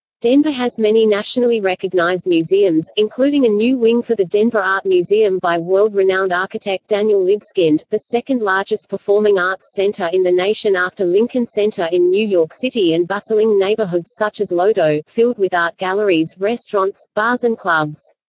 denver has many nationally recognized museums, including a new wing for the denver art museum by world-renowned architect daniel libeskind, the second largest performing arts center in the nation after lincoln center in new york city and bustling neighborhoods such as lodo, filled with art galleries, restaurants, bars and clubs.